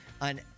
on